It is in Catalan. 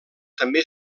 també